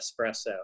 espresso